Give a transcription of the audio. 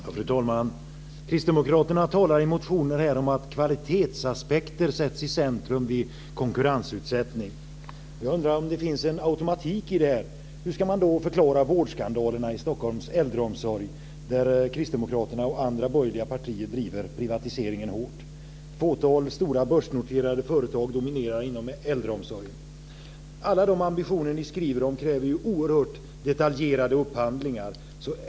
Fru talman! Kristdemokraterna talar i motioner om att kvalitetsaspekter sätts i centrum vid konkurrensutsättning. Jag undrar om det finns en automatik i detta. Hur ska man då förklara vårdskandalerna i Stockholms äldreomsorg, där Kristdemokraterna och andra borgerliga partier driver privatiseringen hårt? Ett fåtal stora börsnoterade företag dominerar inom äldreomsorgen. Alla de ambitioner ni skriver om kräver oerhört detaljerade upphandlingar.